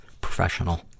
professional